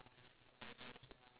I think ya